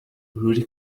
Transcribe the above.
ruri